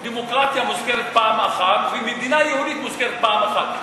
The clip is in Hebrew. "דמוקרטיה" מוזכרת פעם אחת ו"מדינה יהודית" מוזכרת פעם אחת.